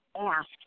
ask